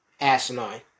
asinine